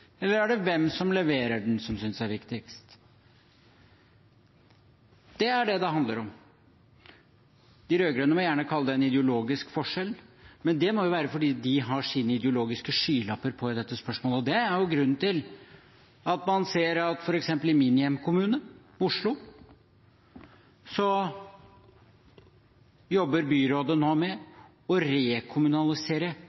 eller er det hvem som leverer den, man synes er viktigst? Det er det det handler om. De rød-grønne må gjerne kalle det en ideologisk forskjell, men det må være fordi de har sine ideologiske skylapper på i dette spørsmålet. Det er grunnen til at man ser at f.eks. i min hjemkommune, Oslo, jobber byrådet nå